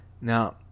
Now